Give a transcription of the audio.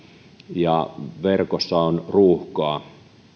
ja verkossa on ruuhkaa